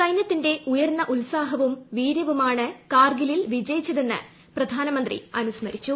സൈനൃത്തിന്റെ ഉയർന്നു ഉത്സാഹവും വീരൃവുമാണ് കാർഗിലിൽ വിജയിച്ചര്യ്ക്സ് പ്രധാനമന്ത്രി അനുസ്മരിച്ചു